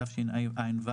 התשע"ו